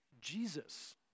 Jesus